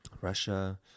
Russia